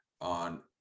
on